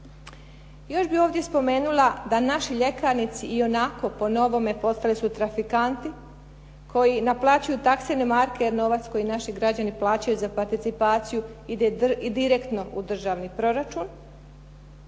Još bih ovdje spomenula da naši ljekarnici ionako po novome postali su trafikanti koji naplaćuju taksene marke jer novac koji naši građani plaćaju za participaciju ide direktno u državni proračun.